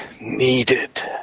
needed